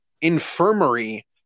infirmary